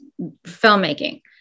filmmaking